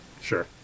sure